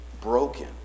broken